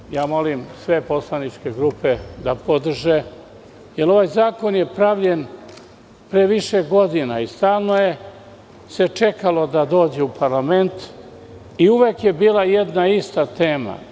Prema tome, ja molim sve poslaničke grupe da podrže ovaj zakon, koji je pravljen pre više godina, i stalno se čekalo da dođe u parlament, i uvek je bila jedna ista tema.